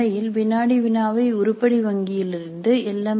உண்மையில் வினாடி வினாவை உருப்படி வங்கியிலிருந்து எல்